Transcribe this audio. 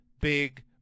big